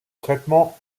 traitement